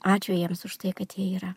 ačiū jiems už tai kad jie yra